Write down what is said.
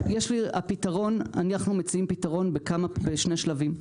אנחנו מציעים פתרון בשני שלבים,